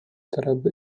тарабы